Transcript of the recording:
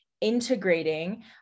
Integrating